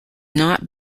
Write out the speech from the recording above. not